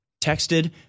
texted